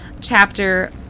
chapter